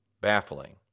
baffling